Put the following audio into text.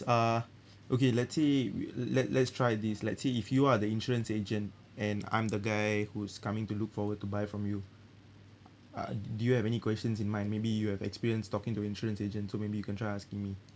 uh okay let's say let let's try this let's say if you are the insurance agent and I'm the guy who's coming to look forward to buy from you uh do you have any questions in mind maybe you have experienced talking to insurance agent so maybe you can try asking me